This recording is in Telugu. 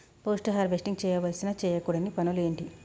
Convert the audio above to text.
పోస్ట్ హార్వెస్టింగ్ చేయవలసిన చేయకూడని పనులు ఏంటి?